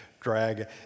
drag